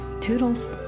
Toodles